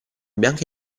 bianca